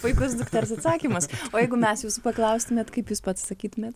puikus dukters atsakymas o jeigu mes jūsų paklaustumėt kaip jūs pats sakytumėt